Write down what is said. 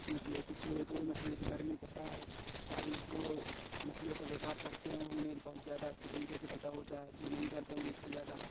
कुछ मच कुछ लोगों मछलियों के बारे में पता है सारी जो मछलियों का व्यापार करते हैं उन्हें बहुत जादा अच्छे तरीके से पता होता है और जो नहीं करते हैं उन्हें इतने ज़्यादा